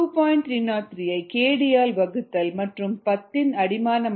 303 ஐ kd ஆல் வகுத்தல் மற்றும் 10 யின் அடிமான மடக்கை 5 க்கு சமம்